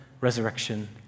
resurrection